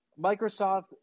Microsoft –